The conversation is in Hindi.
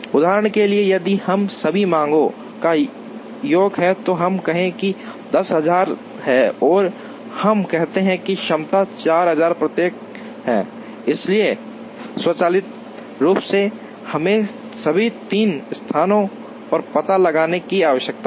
उदाहरण के लिए यदि इन सभी मांगों का योग है तो हम कहें कि 10000 है और हम कहते हैं कि क्षमता 4000 प्रत्येक हैं इसलिए स्वचालित रूप से हमें सभी तीन स्थानों पर पता लगाने की आवश्यकता है